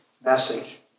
message